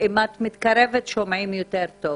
אם את מתקרבת, שומעים יותר טוב.